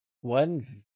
One